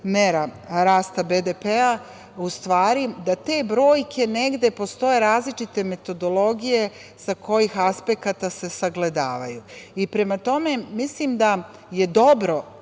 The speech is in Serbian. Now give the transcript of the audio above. mera rasta BDP, u stvari, da te brojke negde postoje različite metodologije sa kojih aspekata se sagledavaju. Prema tome, mislim da je dobro